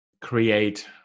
create